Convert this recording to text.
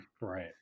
right